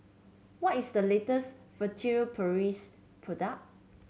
what is the latest Furtere Paris product